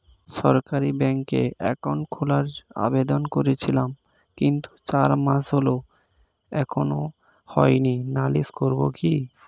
সরকারি ব্যাংকে একাউন্ট খোলার আবেদন করেছিলাম কিন্তু চার মাস হল এখনো হয়নি নালিশ করব কি?